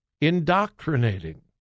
indoctrinating